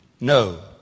No